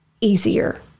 easier